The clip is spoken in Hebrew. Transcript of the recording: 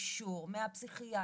ואישור מהפסיכיאטר.